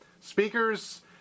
speakers